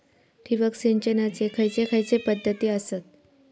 ठिबक सिंचनाचे खैयचे खैयचे पध्दती आसत?